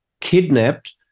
kidnapped